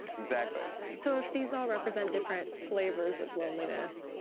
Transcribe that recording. exactly. so, if these all represent different flavors of loneliness,